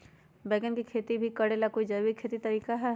बैंगन के खेती भी करे ला का कोई जैविक तरीका है?